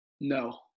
No